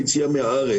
מופיעים